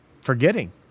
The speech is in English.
forgetting